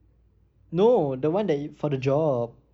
no the one that you for the job